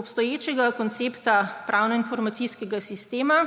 obstoječega koncepta pravno-informacijskega sistema,